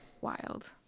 Wild